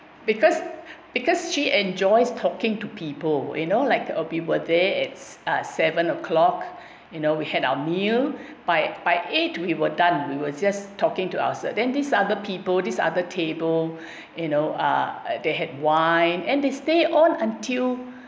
because because she enjoys talking to people you know like all people there it's seven O'clock you know we had our meal by by eight we we're done we were just talking to ourselves then this other people this other table you know uh they had wine and they stay on until